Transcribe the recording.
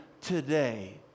today